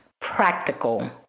practical